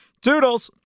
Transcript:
Toodles